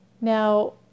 Now